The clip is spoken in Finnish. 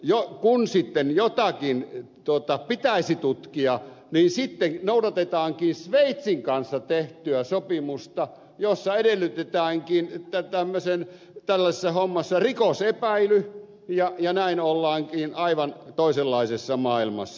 mutta kun sitten jotakin pitäisi tutkia niin sitten noudatetaankin sveitsin kanssa tehtyä sopimusta jossa edellytetäänkin että tällaisessa hommassa on rikosepäily ja näin ollaankin aivan toisenlaisessa maailmassa